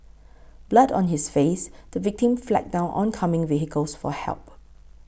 blood on his face the victim flagged down oncoming vehicles for help